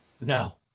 No